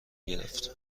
گرفت